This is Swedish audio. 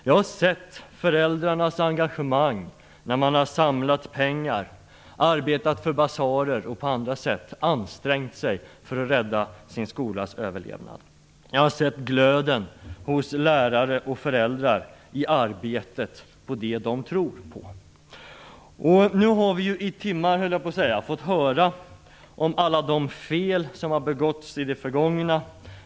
Jag har sett föräldrarnas engagemang, när de har samlat pengar, arbetat med basarer och på andra sätt ansträngt sig för att rädda sin skolas överlevnad. Jag har sett glöden hos lärare och föräldrar i arbetet på det som de tror på. Nu har vi i timmar fått höra om alla de fel som har begåtts i det förgångna.